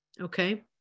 okay